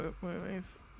movies